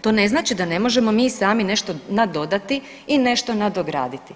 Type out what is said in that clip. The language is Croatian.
to ne znači da ne možemo mi sami nešto nadodati i nešto nadograditi.